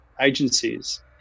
agencies